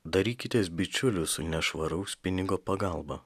darykitės bičiulius su nešvaraus pinigo pagalba